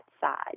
side